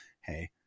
Hey